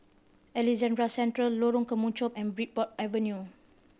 Alexandra Central Lorong Kemunchup and Bridport Avenue